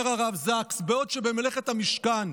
אומר הרב זקס: בעוד שבמלאכת המשכן